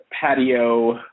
patio